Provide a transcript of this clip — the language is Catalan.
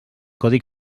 codi